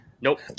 Nope